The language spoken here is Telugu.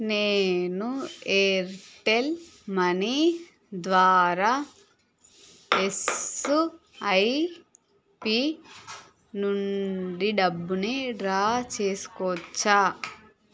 నేను ఎయిర్టెల్ మనీ ద్వారా ఎస్ఐపీ నుండి డబ్బుని డ్రా చేసుకోవచ్చా